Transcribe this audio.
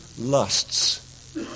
lusts